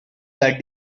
that